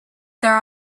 there